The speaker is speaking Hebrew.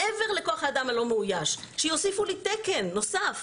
מעבר לכוח האדם הלא מאויש, שיוסיפו לי תקן נוסף.